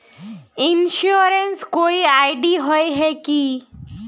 Insurance कोई ID होय है की?